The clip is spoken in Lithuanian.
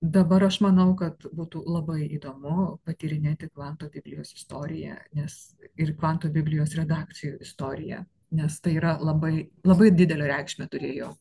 dabar aš manau kad būtų labai įdomu patyrinėti kvanto biblijos istoriją nes ir kvanto biblijos redakcijų istoriją nes tai yra labai labai didelę reikšmę turėjo